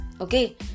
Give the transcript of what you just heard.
Okay